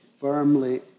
firmly